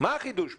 מה החידוש כאן?